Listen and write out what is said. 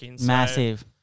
Massive